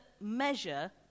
measure